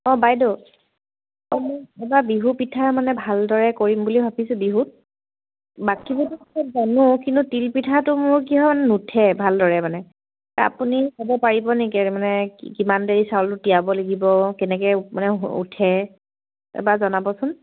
অ বাইদেউ অ এইবাৰ বিহু পিঠা মানে ভালদৰে কৰিম বুলি ভাবিছোঁ বিহুত বাকীবোৰটো সব জানো কিন্তু তিল পিঠাটো মোৰ কি হয় মানে নুঠে ভালদৰে মানে আপুনি চাব পাৰিব নেকি তাৰমানে কিমান দেৰি চাউলটো তিয়াব লাগিব কেনেকৈ মানে উঠে এবাৰ জনাবচোন